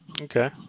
Okay